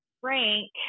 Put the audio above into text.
frank